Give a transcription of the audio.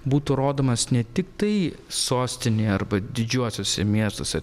būtų rodomas ne tiktai sostinėje arba didžiuosiuose miestuose